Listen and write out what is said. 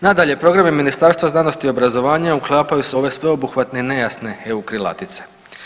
Nadalje programi Ministarstva znanosti i obrazovanja uklapaju se u ove sveobuhvatne i nejasne EU krilatice.